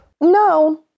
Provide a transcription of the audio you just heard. no